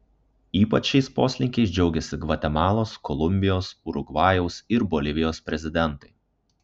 ypač šiais poslinkiais džiaugiasi gvatemalos kolumbijos urugvajaus ir bolivijos prezidentai